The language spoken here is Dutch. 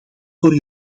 voor